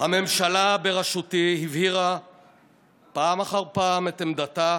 הממשלה בראשותי הבהירה פעם אחר פעם את עמדתה